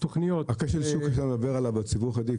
הכשל שוק שאתה מדבר עליו בציבור החרדי,